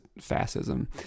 fascism